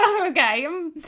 Okay